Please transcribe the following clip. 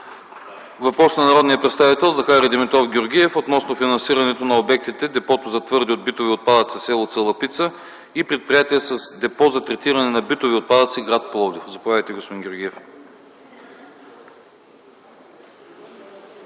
Въпрос от народния представител Захари Димитров Георгиев относно финансирането на обектите: Депо за твърди битови отпадъци, с. Цалапица, и Предприятие с депо за третиране на твърди битови отпадъци, гр. Пловдив. Заповядайте, господин Георгиев.